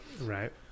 Right